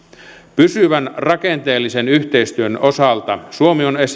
pysyvän rakenteellisen yhteistyön osalta suomi on